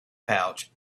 pouch